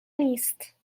نیست